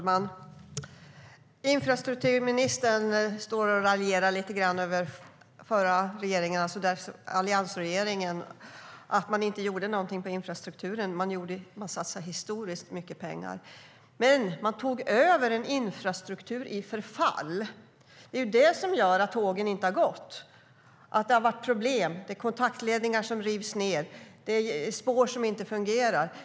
Herr talman! Infrastrukturministern står och raljerar lite över alliansregeringen som om den inte gjorde någonting åt infrastrukturen. I själva verket satsade man historiskt mycket pengar - men man tog över en infrastruktur i förfall. Det är det som gör att tågen inte går. Det är problem med kontaktledningar som rivs ned och spår som inte fungerar.